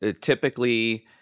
typically